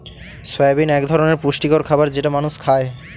soybean এক ধরনের পুষ্টিকর খাবার যেটা মানুষ খায়